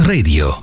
Radio